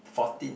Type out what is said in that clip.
fourteen